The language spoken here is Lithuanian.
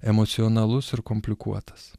emocionalus ir komplikuotas